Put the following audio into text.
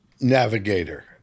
navigator